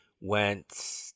went